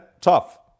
Tough